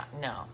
no